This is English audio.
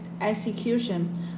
execution